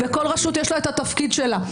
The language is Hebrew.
וכל רשות יש לה את התפקיד שלה.